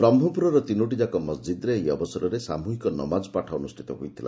ବ୍ରହ୍କପୁରର ତିନୋଟି ଯାକ ମସ୍ଜିଦ୍ରେ ଏହି ଅବସରରେ ସାମୁହିକ ନମାଜପାଠ ଅନୁଷ୍ବିତ ହୋଇଥିଲା